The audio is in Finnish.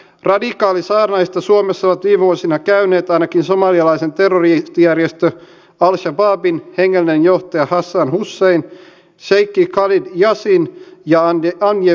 radikaalisaarnaajista suomessa ovat viime vuosina käyneet ainakin somalialaisen terroristijärjestö al shabaabin hengellinen johtaja hassan hussein sheikh khalid yasin ja anjem choudary